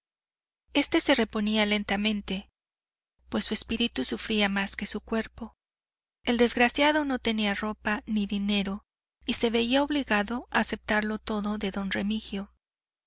este se reponía lentamente pues su espíritu sufría más que su cuerpo el desgraciado no tenía ropa ni dinero y se veía obligado a aceptarlo todo de don remigio